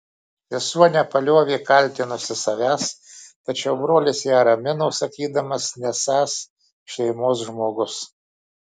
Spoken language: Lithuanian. sesuo nepaliovė kaltinusi savęs tačiau brolis ją ramino sakydamas nesąs šeimos žmogus